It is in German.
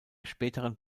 späteren